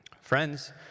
Friends